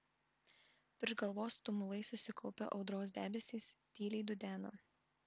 virš galvos tumulais susikaupę audros debesys tyliai dudena